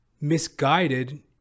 misguided